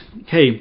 Okay